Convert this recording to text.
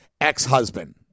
ex-husband